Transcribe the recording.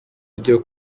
ryo